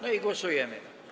No i głosujemy.